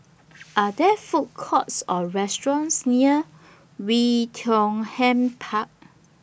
Are There Food Courts Or restaurants near Oei Tiong Ham Park